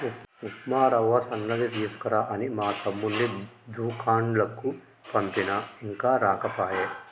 ఉప్మా రవ్వ సన్నది తీసుకురా అని మా తమ్ముణ్ణి దూకండ్లకు పంపిన ఇంకా రాకపాయె